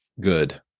Good